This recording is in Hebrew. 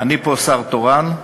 אני פה שר תורן,